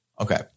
okay